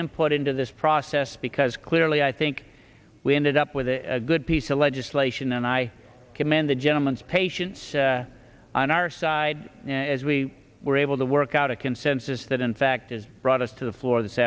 input into this process because clearly i think we ended up with a good piece of legislation and i commend the gentleman's patience on our side as we were able to work out a consensus that in fact is brought us to the floor this